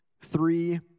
three